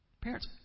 Parents